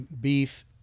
beef